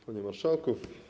Panie Marszałku!